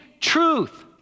truth